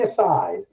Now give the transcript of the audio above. aside